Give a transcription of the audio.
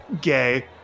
gay